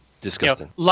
Disgusting